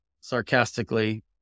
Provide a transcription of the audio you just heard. Sarcastically